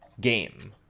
game